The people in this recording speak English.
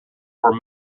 were